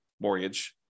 mortgage